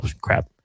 crap